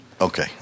Okay